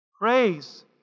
Praise